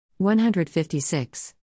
156